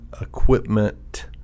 equipment